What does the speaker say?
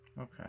okay